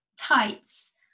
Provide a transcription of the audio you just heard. tights